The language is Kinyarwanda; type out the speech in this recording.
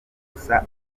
gusa